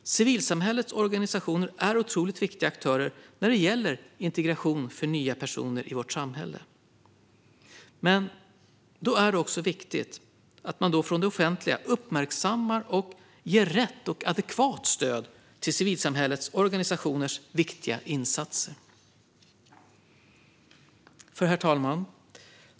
Civilsamhällets organisationer är otroligt viktiga aktörer när det gäller integration för nya personer i vårt samhälle. Men då är det också viktigt att man från det offentliga uppmärksammar civilsamhällets organisationers viktiga insatser och ger rätt och adekvat stöd. Herr talman!